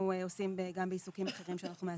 עושים גם בעיסוקים אחרים שאנחנו מאסדרים.